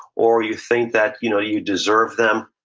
or you think that you know you deserve them,